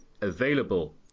available